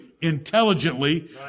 intelligently